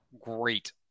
great